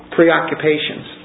Preoccupations